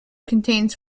contains